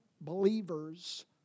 believers